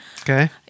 Okay